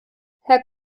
herr